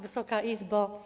Wysoka Izbo!